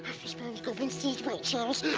ah fish bones, goblins teeth, white shells,